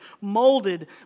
molded